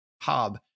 Hob